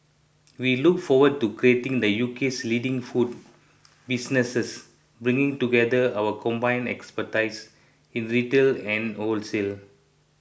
we look forward to creating the U K' s leading food businesses bringing together our combined expertise in retail and wholesale